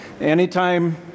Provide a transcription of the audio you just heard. anytime